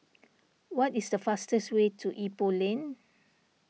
what is the fastest way to Ipoh Lane